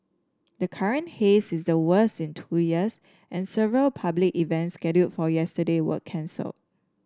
the current haze is the worst in two years and several public events scheduled for yesterday were cancel